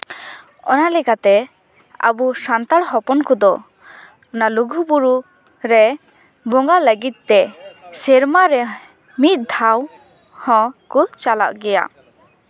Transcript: ᱚᱱᱟ ᱞᱮᱠᱟᱛᱮ ᱟᱵᱚ ᱥᱟᱱᱛᱟᱲ ᱦᱚᱯᱚᱱ ᱠᱚᱫᱚ ᱚᱱᱟ ᱞᱩᱜᱩᱼᱵᱩᱨᱩ ᱨᱮ ᱵᱚᱸᱜᱟ ᱞᱟᱹᱜᱤᱫ ᱛᱮ ᱥᱮᱨᱢᱟ ᱨᱮ ᱢᱤᱫ ᱫᱷᱟᱣ ᱦᱚᱸᱠᱚ ᱪᱟᱞᱟᱜ ᱜᱮᱭᱟ